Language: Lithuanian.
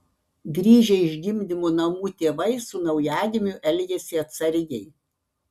grįžę iš gimdymo namų tėvai su naujagimiu elgiasi atsargiai